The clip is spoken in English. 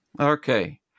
Okay